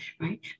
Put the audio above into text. right